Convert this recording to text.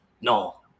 No